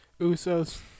Usos